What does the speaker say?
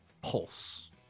pulse